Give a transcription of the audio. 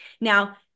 now